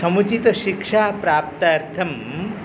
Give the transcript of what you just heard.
समुचितशिक्षाप्राप्त्यर्थं